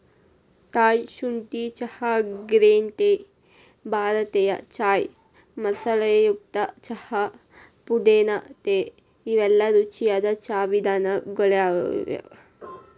Thai ಶುಂಠಿ ಚಹಾ, green tea, ಭಾರತೇಯ ಚಾಯ್ ಮಸಾಲೆಯುಕ್ತ ಚಹಾ, ಪುದೇನಾ ಟೇ ಇವೆಲ್ಲ ರುಚಿಯಾದ ಚಾ ವಿಧಗಳಗ್ಯಾವ